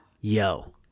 Yo